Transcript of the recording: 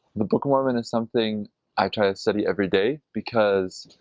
the book of mormon is something i try to study every day because